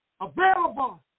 available